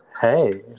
Hey